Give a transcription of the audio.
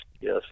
yes